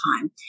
time